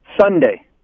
Sunday